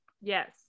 yes